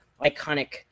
iconic